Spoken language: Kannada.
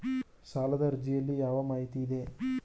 ಸಾಲದ ಅರ್ಜಿಯಲ್ಲಿ ಯಾವ ಮಾಹಿತಿ ಇದೆ?